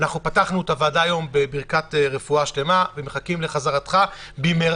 אנחנו פתחנו את הוועדה היום בברכת רפואה שלמה ומחכים לחזרתך במהרה.